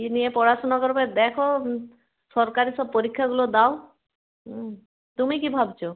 কী নিয়ে পড়াশোনা করবে দেখ সরকারি সব পরীক্ষাগুলো দাও হুম তুমি কী ভাবছো